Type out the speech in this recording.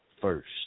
first